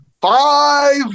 five